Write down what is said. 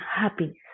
happiness